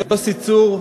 יוסי צור,